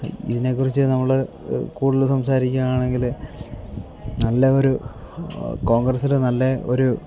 ഇതിനെക്കുറിച്ച് നമ്മൾ കൂടുതൽ സംസാരിക്കുകയാണെങ്കിൽ നല്ല ഒരു കോൺഗ്രസ്സിൽ നല്ല ഒരു